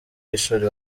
y’ishuri